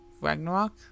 ragnarok